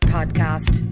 Podcast